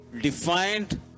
defined